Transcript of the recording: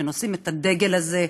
שנושאים את הדגל הזה,